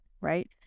right